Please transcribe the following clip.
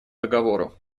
договору